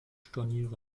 stornieren